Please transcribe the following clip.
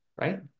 right